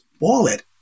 wallet